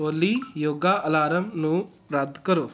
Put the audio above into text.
ਓਲੀ yoga alarm ਨੂੰ ਰੱਦ ਕਰੋ